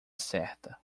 certa